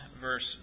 verse